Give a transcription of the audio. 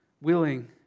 willing